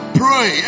pray